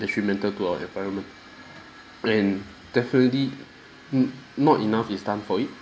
detrimental to our environment and definitely n~ not enough is done for it